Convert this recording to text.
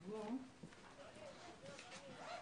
לכולם,